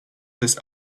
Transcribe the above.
des